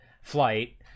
flight